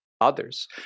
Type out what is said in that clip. others